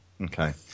Okay